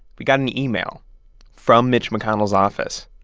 we got an email from mitch mcconnell's office,